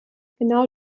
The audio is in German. genau